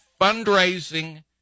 fundraising